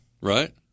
Right